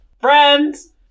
Friends